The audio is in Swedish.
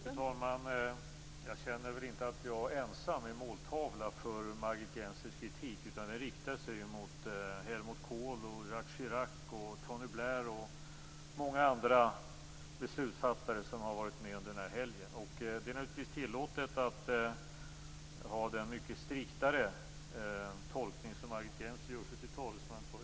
Fru talman! Jag känner väl inte att jag ensam är måltavla för Margit Gennsers kritik. Den riktar sig också mot Helmuth Kohl, Jacques Chirac, Tony Blair och många andra beslutfattare som har varit med under den här helgen. Det är naturligtvis tillåtet att ha den mycket striktare tolkning som Margit Gennser gör sig till talesman för.